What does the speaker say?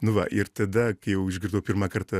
nu va ir tada kai jau išgirdau pirmą kartą